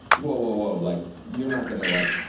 whoa, whoa, whoa, like you're not going to, like,